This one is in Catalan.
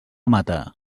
mata